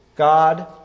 God